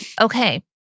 Okay